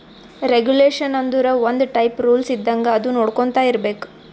regulation ಆಂದುರ್ ಒಂದ್ type rules ಇದ್ದಂಗ ಅದು ನೊಡ್ಕೊಂತಾ ಇರ್ಬೇಕ್